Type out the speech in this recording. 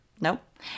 nope